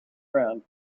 round